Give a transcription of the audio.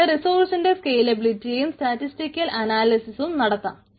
പിന്നെ റിസോഴ്സിന്റെ സ്കെയിലബിലിറ്റിയും സ്റ്റാറ്റിസ്റ്റിക്കൽ അനാലിസിസും നടത്താം